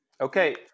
Okay